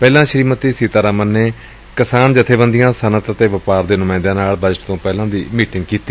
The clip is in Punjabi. ਪਹਿਲਾਂ ਸ੍ਰੀਮਤੀ ਸੀਤਾਰਮਨ ਨੇ ਕਿਸਾਨ ਜਥੇਬੰਦੀਆਂ ਸੱਨਅਤ ਅਤੇ ਵਪਾਰ ਦੇ ਨੁਮਾਂਇੰਦਿਆਂ ਨਾਲ ਬਜਟ ਤੋਂ ਪਹਿਲਾਂ ਦੀ ਮੀਟਿੰਗ ਕੀਤੀ